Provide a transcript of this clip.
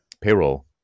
payroll